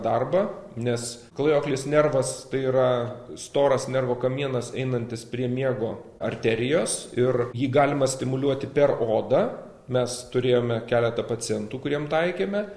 darbą nes klajoklis nervas tai yra storas nervo kamienas einantis prie miego arterijos ir jį galima stimuliuoti per odą mes turėjome keletą pacientų kuriem taikėme